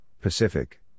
Pacific